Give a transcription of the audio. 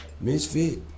Misfit